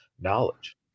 knowledge